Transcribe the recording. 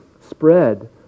spread